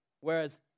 whereas